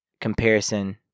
comparison